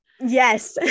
Yes